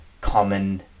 common